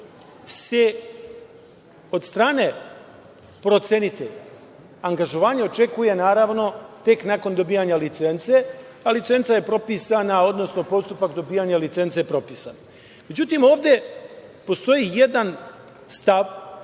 se od strane procenitelja angažovanje očekuje tek nakon dobijanja licence, a licenca je propisana, odnosno postupak dobijanja licence je propisan. Međutim, ovde postoji jedan stav